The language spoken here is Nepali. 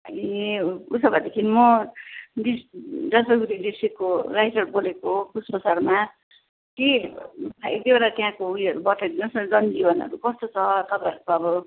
ए ऊ सो भएदेखिन् म डिस जलपाईगुडी डिस्ट्रिक्टको राइटर बोलेको हो पुष्प शर्मा कि एक दुईवडा त्यहाँको ऊ योहरू बताइ दिनुहोस् न जन जीवनहरू कस्तो छ तपाईँहरूको अब